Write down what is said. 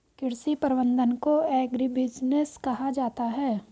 कृषि प्रबंधन को एग्रीबिजनेस कहा जाता है